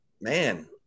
man